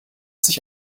sich